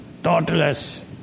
Thoughtless